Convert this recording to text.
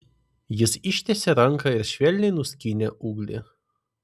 jis ištiesė ranką ir švelniai nuskynė ūglį